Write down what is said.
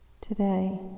Today